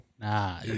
Nah